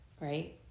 right